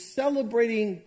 celebrating